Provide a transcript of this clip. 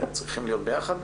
שצריכים להיות ביחד.